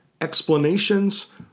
explanations